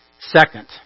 Second